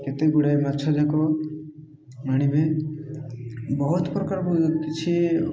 କେତେ ଗୁଡ଼ାଏ ମାଛଯାକ ଆଣିବେ ବହୁତ ପ୍ରକାର କିଛି